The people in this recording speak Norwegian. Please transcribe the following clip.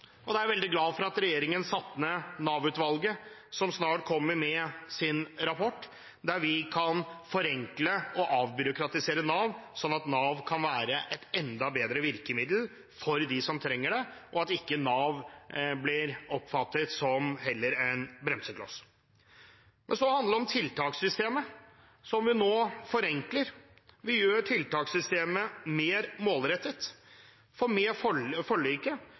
og firkantet. Jeg er veldig glad for at regjeringen satte ned Nav-utvalget som snart kommer med sin rapport, der vi kan forenkle og avbyråkratisere Nav, sånn at Nav kan være et enda bedre virkemiddel for dem som trenger det, og ikke bli oppfattet som en bremsekloss. Så handler det om tiltakssystemet som vi nå forenkler. Vi gjør tiltakssystemet mer målrettet, for med forliket sørger vi for